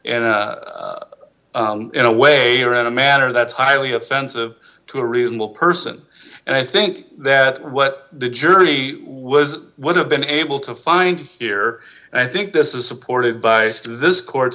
in a way or at a manner that's highly offensive to a reasonable person and i think that what the jury was would have been able to find here and i think this is supported by this court's